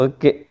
Okay